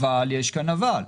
אבל יש כאן אבל.